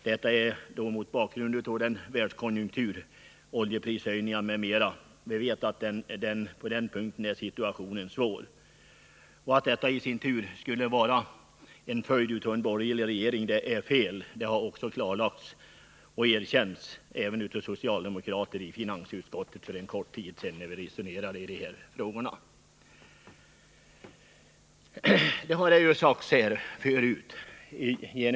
Dessa möjligheter beror på världskonjunkturerna, oljeprishöjningar m.m. Vi vet att situationen därvidlag är svår. Att detta skulle vara en följd av den borgerliga regeringens politik är fel. Det klarlades och erkändes även av socialdemokrater i finansutskottet för en kort tid sedan när vi resonerade om dessa frågor.